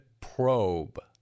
Probe